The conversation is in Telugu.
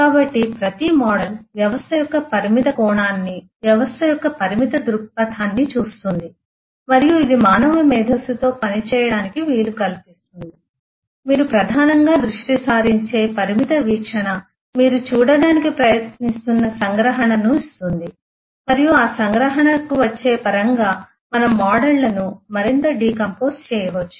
కాబట్టి ప్రతి మోడల్ వ్యవస్థ యొక్క పరిమిత కోణాన్ని వ్యవస్థ యొక్క పరిమిత దృక్పథాన్ని చూస్తుంది మరియు ఇది మానవ మేధస్సుతో పనిచేయడానికి వీలు కల్పిస్తుంది మరియు మీరు ప్రధానంగా దృష్టి సారించే పరిమిత వీక్షణ మీరు చూడటానికి ప్రయత్నిస్తున్న సంగ్రహణను ఇస్తుంది మరియు ఆ సంగ్రహణకు వచ్చే పరంగా మనం మోడళ్లను మరింత డికంపోస్ చేయవచ్చు